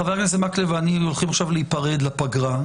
חה"כ מקלב ואני הולכים עכשיו להיפרד לפגרה,